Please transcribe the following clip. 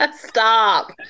Stop